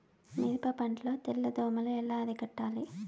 మిరప పంట లో తెల్ల దోమలు ఎలా అరికట్టాలి?